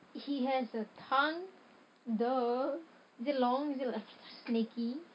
he has a tongue !duh! is it long is it snakey